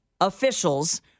Officials